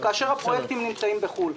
כאשר הפרויקטים נמצאים בחו"ל.